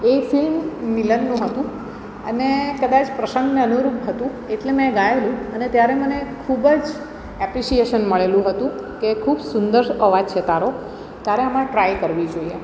એ film મિલનનું હતું અને કદાચ પ્રસંગને અનુરૂપ હતું એટલે મેં ગાએલું અને ત્યારે મને ખૂબ જ એપ્રિસીએસન મળેલું હતું કે ખૂબ સુંદર અવાજ છે તારો તારે આમાં ટ્રાય કરવી જોઈએ